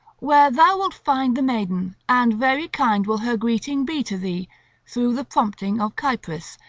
where thou wilt find the maiden and very kind will her greeting be to thee through the prompting of cypris,